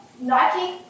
Nike